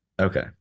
Okay